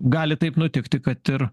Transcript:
gali taip nutikti kad ir